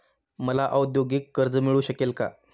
मला औद्योगिक कर्ज मिळू शकेल का?